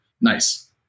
nice